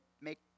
make